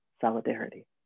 solidarity